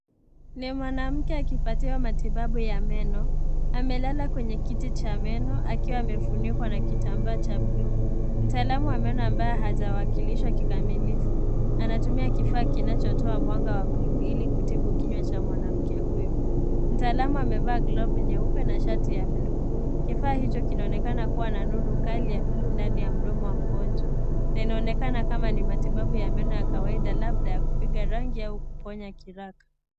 Ni mwanamke akipatiwa matibabu ya meno. Amelala kwenye kiti cha meno akiwa amefunikwa na kitambaa cha bluu. Mtaalamu wa meno ambaye hajawakilishwa kikamilifu, anatumia kifaa kinachotoa mwanga wa bluu ili kutibu kinywa cha mwanamke huyu. Mtaalamu amevaa glavu nyeupe na shati ya bluu. Kifaa hicho kinaonekana kuwa na nuru kali ya bluu ndani ya mdomo wa mgonjwa. Na inaonekana kama ni matibabu ya meno ya kawaida labda ya kupiga rangi au kuponya kiraka.